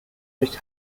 nicht